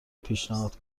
پیشنهاد